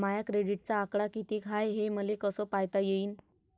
माया क्रेडिटचा आकडा कितीक हाय हे मले कस पायता येईन?